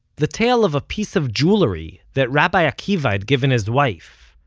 the tale of a piece of jewelry that rabbi akiva had given his wife,